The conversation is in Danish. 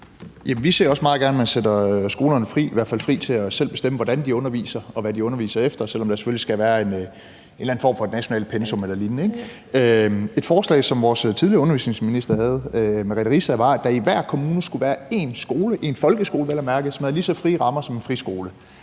meget gerne, at man sætter skolerne fri, i hvert fald til selv at bestemme, hvordan de underviser, og hvad de underviser efter, selv om der selvfølgelig skal være en eller anden form for nationalt pensum eller lignende, ikke? Et forslag, som vores tidligere undervisningsminister Merete Riisager havde, var, at der i hver kommune skulle være én skole, en folkeskole vel at mærke, som havde lige så frie rammer som en friskole.